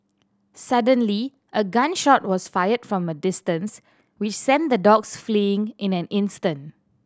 suddenly a gun shot was fired from a distance which sent the dogs fleeing in an instant